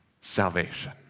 salvation